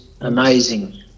amazing